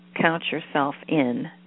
count-yourself-in